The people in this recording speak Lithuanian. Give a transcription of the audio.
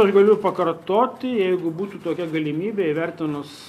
aš galiu pakartoti jeigu būtų tokia galimybė įvertinus